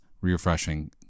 refreshing